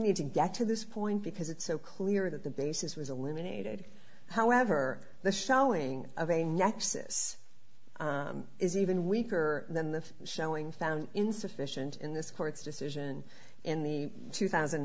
need to get to this point because it's so clear that the basis was eliminated however the showing of a nexus is even weaker than the showing found insufficient in this court's decision in the two thousand